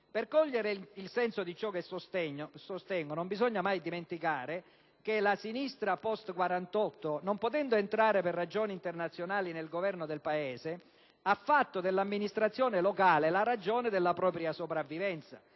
Per cogliere il senso di ciò che sostengo, non bisogna mai dimenticare che la sinistra post 1948, non potendo entrare per ragioni internazionali nel Governo del Paese, ha fatto dell'amministrazione locale la ragione della propria sopravvivenza,